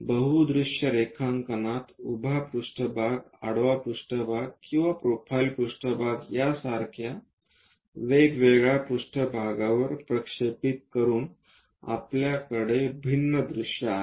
बहु दृश्य रेखांकनात उभ्या पृष्ठभाग आडवा पृष्ठभाग किंवा प्रोफाइल पृष्ठभाग यासारख्या वेगवेगळ्या पृष्ठभागावर प्रक्षेपित करून आपल्याकडे भिन्न दृश्ये आहेत